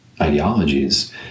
ideologies